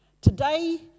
Today